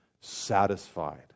satisfied